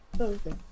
Okay